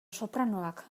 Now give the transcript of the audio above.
sopranoak